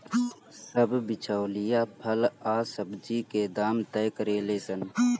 सब बिचौलिया फल आ सब्जी के दाम तय करेले सन